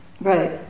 Right